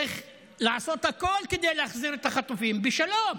צריך לעשות הכול כדי להחזיר את החטופים בשלום.